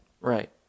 Right